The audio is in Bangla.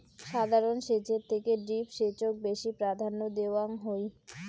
সাধারণ সেচের থেকে ড্রিপ সেচক বেশি প্রাধান্য দেওয়াং হই